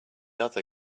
other